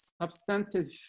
substantive